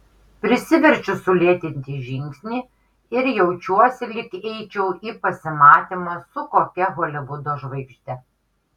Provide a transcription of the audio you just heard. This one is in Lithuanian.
prisiverčiu sulėtinti žingsnį ir jaučiuosi lyg eičiau į pasimatymą su kokia holivudo žvaigžde